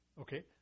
Okay